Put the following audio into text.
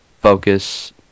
focus